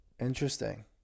Interesting